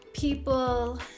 People